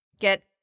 get